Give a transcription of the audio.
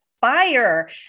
fire